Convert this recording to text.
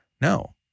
No